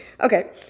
Okay